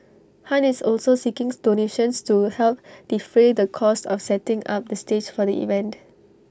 han is also see kings donations to help defray the cost of setting up the stage for the event